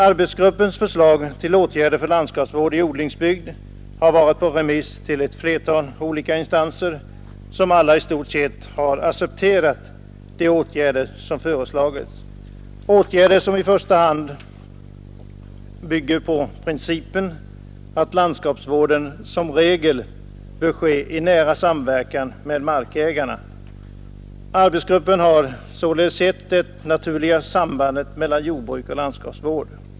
Arbetsgruppens förslag till åtgärder för landskapsvård i odlingsbygd har varit på remiss till ett flertal olika instanser som alla i stort sett har accepterat de åtgärder som föreslagits, åtgärder som i första hand bygger på principen att landskapsvården som regel bör ske i nära samverkan med markägarna. Arbetsgruppen har således sett det naturliga sambandet mellan jordbruk och landskapsvård.